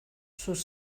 sus